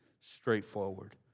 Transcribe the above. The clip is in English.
straightforward